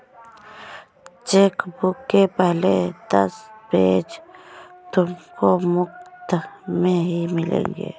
chequebook के पहले दस पेज तुमको मुफ़्त में ही मिलेंगे